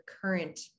current